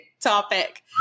topic